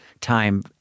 time